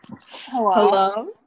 Hello